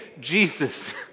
Jesus